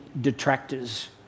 detractors